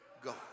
go